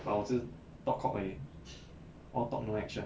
but 我是 talk cock 而已 all talk no action